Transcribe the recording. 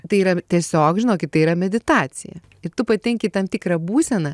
tai yra tiesiog žinokit tai yra meditacija ir tu patenki į tam tikrą būseną